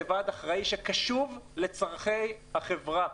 זה ועד אחראי שקשוב לצורכי החברה.